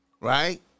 right